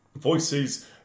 Voices